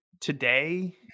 today